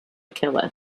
killer